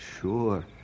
Sure